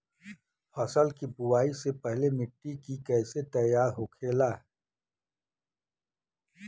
फसल की बुवाई से पहले मिट्टी की कैसे तैयार होखेला?